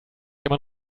immer